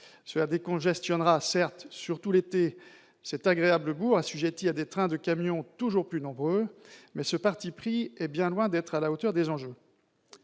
cela décongestionnera, surtout l'été, cet agréable bourg assujetti à des trains de camions toujours plus nombreux, mais ce parti pris est bien loin d'être à la hauteur des enjeux.